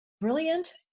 Brilliant